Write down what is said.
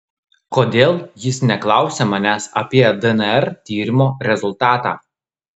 kodėl jis neklausia manęs apie dnr tyrimo rezultatą